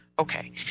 Okay